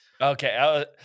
Okay